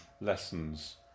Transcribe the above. lessons